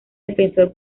defensor